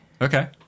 Okay